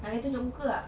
nak tunjuk muka ke tak